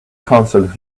canceled